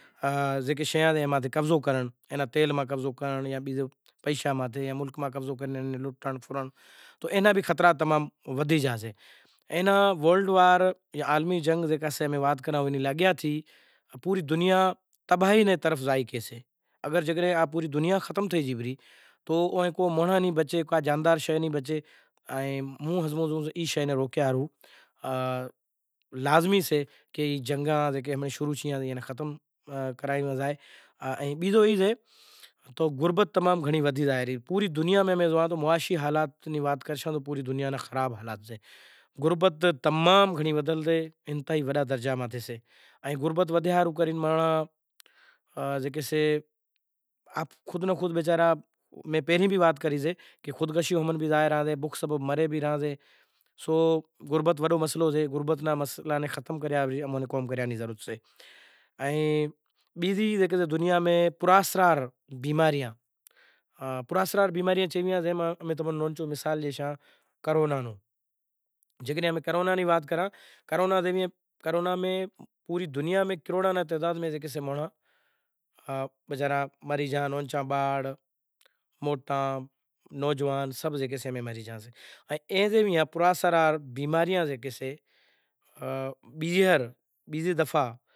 زکے شیاں ماتھے قبضو کرنڑ لٹنڑ فرنڑ تو اینا بھی خطرا بھی تمام گنڑا ودھے گیا سے، زکو ورڈ وار امیں کہی ریا ای ماں پوری ختم تھئ زائے پرہی تو پوری دنیا میں کو مانڑوں ناں بچے تو لازمی سے دنیا مہں جنگ آن غربت بئے موٹا مسئلا سیں۔ بیزاں بھی دنیا میں شاید ایم ہوئے ای بھی ہیک موٹو مسسئلو سے ای ماتھے بھی کام بھی کرنڑ کھپے پاکستان میں زاں بیزاں ملکاں نی امیں زکا خبر پڑے جاں سوشل میڈیا امیں زوئاں تا تو اے میں بھی امیں زوئاں تا کہ مہونگائی جے تھی اوئاں میں شیاں ناں ریٹ ودھیا، دنیا میں مہونگائی ودھی گئی ای بھی موٹے میں موٹا مسئلا سے۔ مہونگائی نے ودہیا ہاروں کرے شیاں لئی نتھی سگھتو مانڑاں کن گنجائش سے ئی نتھی، غریب مانڑو پنج سو دہاڑی واڑے نو خرچ آوے ریو ہزار تو چیاں زائے۔ مانڑاں نو کھادہو پیتو لگڑا مرنڑو پرنڑو شادی مرادی نو خرچ پورو ئی نتھی تھاتو۔ مہونگائی ماں باڑ موٹا سبھ مانڑو مری زاشیں۔